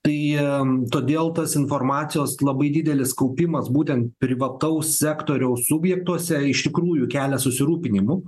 tai todėl tas informacijos labai didelis kaupimas būtent privataus sektoriaus subjektuose iš tikrųjų kelia susirūpinimų